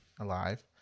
alive